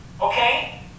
okay